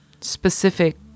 specific